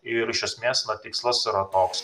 ir iš esmės na tikslas yra toks